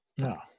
No